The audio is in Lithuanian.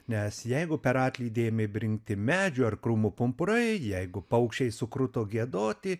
nes jeigu per atlydį ėmė brinkti medžių ar krūmų pumpurai jeigu paukščiai sukruto giedoti